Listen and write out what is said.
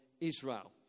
Israel